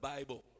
Bible